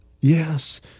Yes